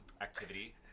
activity